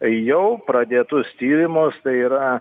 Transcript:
jau pradėtus tyrimus tai yra